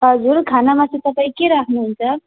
हजुर खानामा चाहिँ तपाईँ के राख्नुहुन्छ